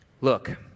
Look